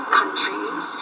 countries